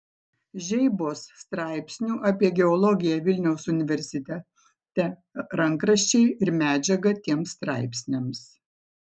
žeibos straipsnių apie geologiją vilniaus universitete rankraščiai ir medžiaga tiems straipsniams